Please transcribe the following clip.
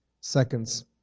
seconds